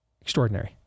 extraordinary